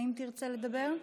האם תרצה לדבר?